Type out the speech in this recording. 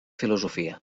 filosofia